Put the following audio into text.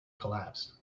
collapsed